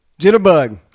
Jitterbug